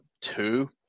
two